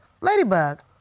Ladybug